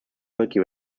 milky